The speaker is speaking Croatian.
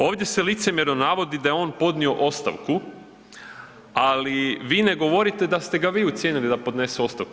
Ovdje se licemjerno navodi da je on podnio ostavku, ali vi ne govorite da ste ga vi ucijenili da podnese ostavku.